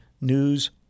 news